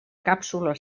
càpsula